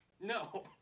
No